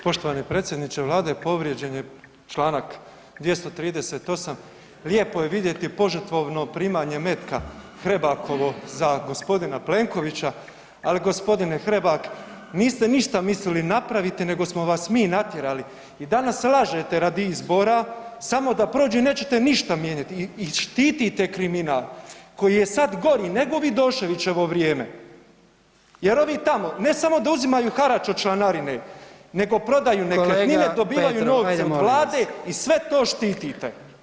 Poštovani predsjedniče Vlade, povrijeđen je Članak 238., lijepo je vidjeti požrtvovno primanje metka Hrebakovo za gospodina Plenkovića, ali gospodine Hrebak niste ništa mislili napraviti nego smo vas mi natjerali i danas lažete radi izbora samo da prođe i nećete ništa mijenjati i štitite kriminal koji je sad gori nego u Vidoševićevo vrijeme jer ovi tamo ne samo da uzimaju harač od članarine nego prodaju [[Upadica: Kolega Petrov, ajde molim vas.]] nekretnine, dobivaju novce od Vlade i sve to štitite.